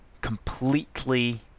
completely